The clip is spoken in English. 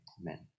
Amen